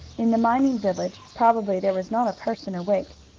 in the mining village probably there was not a person awake.